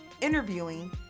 interviewing